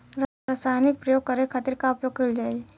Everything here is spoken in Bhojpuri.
रसायनिक प्रयोग करे खातिर का उपयोग कईल जाइ?